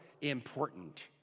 important